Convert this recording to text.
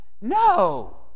no